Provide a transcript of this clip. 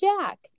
Jack